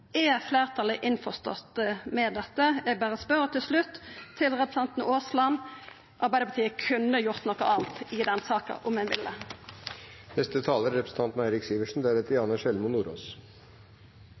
Er fleirtalet innforstått med dette? Eg berre spør. Til slutt til representanten Aasland: Arbeidarpartiet kunne ha gjort noko anna i denne saka om